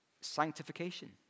sanctification